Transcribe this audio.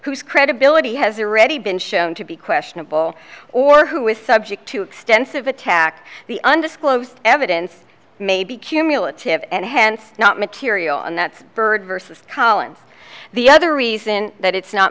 whose credibility has already been shown to be questionable or who is subject to extensive attack the undisclosed evidence may be cumulative and hence not material and that's bird versus collins the other reason that it's not